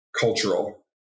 cultural